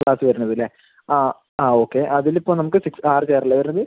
glass വരുന്നത് ഇല്ലെ ആ ഓക്കെ അതിൽ ഇപ്പം നമുക്ക് സിക്സ് ആറ് ചെയർ അല്ലെ വരുന്നത്